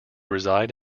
reside